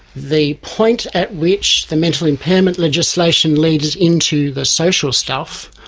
the point at which the mental impairment legislation leads into the social stuff,